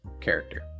character